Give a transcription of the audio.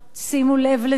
שימו לב לזה,